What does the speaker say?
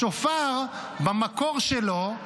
השופר במקור שלו,